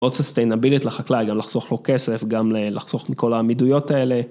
מאוד ססטיינבילית לחקלאי, גם לחסוך לו כסף, גם לחסוך מכל העמידויות האלה.